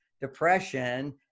depression